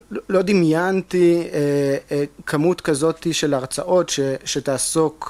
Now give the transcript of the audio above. לא דמיינתי כמות כזאת של הרצאות שתעסוק